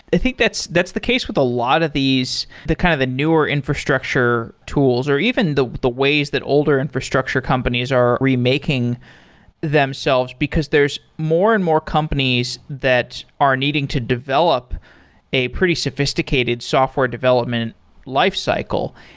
i think that's that's the case with a lot of these the kind of the newer infrastructure tools, or even the the ways that older infrastructure companies are remaking themselves, because there's more and more companies that are needing to develop a pretty sophisticated software development lifecycle.